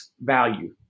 value